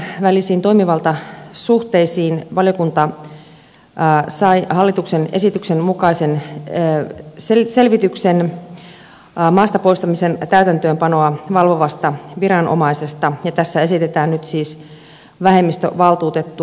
viranomaisten välisiin toimivaltasuhteisiin valiokunta sai hallituksen esityksen mukaisen selvityksen maasta poistamisen täytäntöönpanoa valvovasta viranomaisesta ja tässä esitetään nyt siis vähemmistövaltuutettua